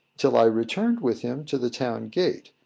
till i returned with him to the town-gate.